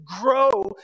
grow